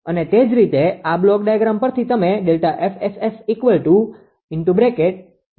અને તે જ રીતે આ બ્લોક ડાયાગ્રામ પરથી તમે ΔFSSΔPg𝑆𝑆 − ΔPL લખી શકો છો